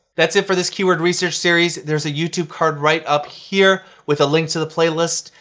that's it for this keyword research series. there's a youtube card right up here with a link to the playlist.